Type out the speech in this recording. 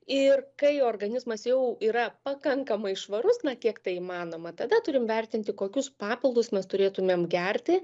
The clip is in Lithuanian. ir kai organizmas jau yra pakankamai švarus na kiek tai įmanoma tada turim vertinti kokius papildus mes turėtumėm gerti